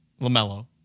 LaMelo